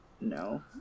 No